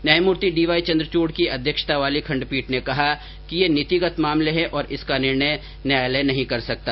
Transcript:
न्यायमूर्ति D Y Chandrachud की अध्यक्षता वाली खण्डपीठ ने कहा कि ये नीतिगत मामले हैं और इसका निर्णय न्यायालय नहीं कर सकता